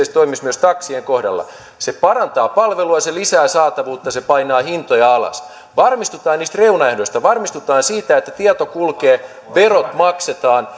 se toimisi myös taksien kohdalla se parantaa palvelua se lisää saatavuutta se painaa hintoja alas varmistutaan niistä reunaehdoista varmistutaan siitä että tieto kulkee verot maksetaan